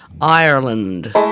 ireland